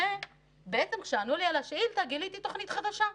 ובעצם, כשענו לי על השאילתה גיליתי תוכנית חדשה,